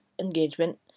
engagement